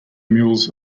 mules